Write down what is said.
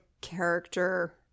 character